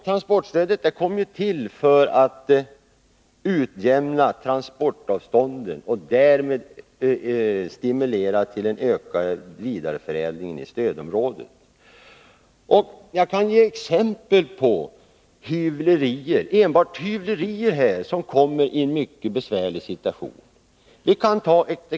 Transportstödet kom till för att utjämna transportavstånden och därmed stimulera till en ökad vidareförädling i stödområdet. Jag kan ge exempel på enbart hyvlerier som nu kommer i en mycket besvärlig situation.